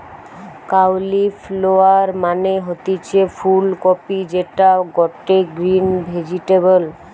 cauliflower মানে হতিছে ফুল কপি যেটা গটে গ্রিন ভেজিটেবল